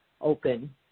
Open